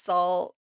Salt